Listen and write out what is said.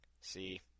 See